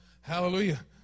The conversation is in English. hallelujah